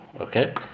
Okay